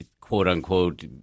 quote-unquote